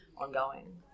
ongoing